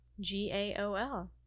G-A-O-L